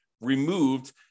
removed